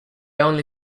only